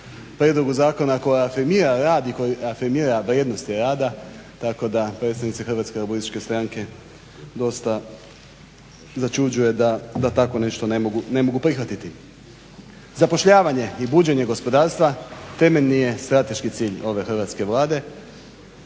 prijedlogu zakona koji afirmira rad i koji afirmira vrijednosti rada tako da predsjednici Hrvatske laburističke stranke dosta začuđuje da tako nešto ne mogu prihvatiti. Zapošljavanje i buđenje gospodarstva temeljni je strateški cilj ove hrvatske Vlade